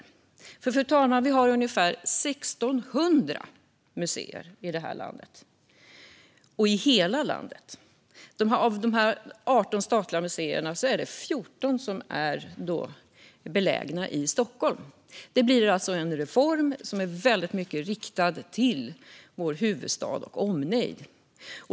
Vi har, fru talman, ungefär 1 600 museer i hela landet. Av dessa 18 statliga museer är 14 belägna i Stockholm. Det blir alltså en reform som i stor utsträckning är riktad till vår huvudstad med omnejd.